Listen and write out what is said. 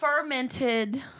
fermented